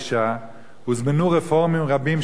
הוזמנו רפורמים רבים.